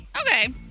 Okay